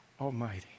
Almighty